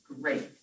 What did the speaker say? great